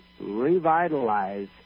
revitalize